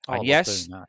Yes